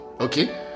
okay